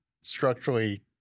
structurally